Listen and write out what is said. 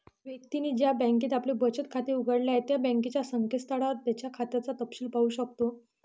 व्यक्तीने ज्या बँकेत आपले बचत खाते उघडले आहे त्या बँकेच्या संकेतस्थळावर त्याच्या खात्याचा तपशिल पाहू शकतो